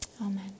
Amen